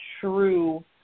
true